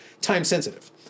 time-sensitive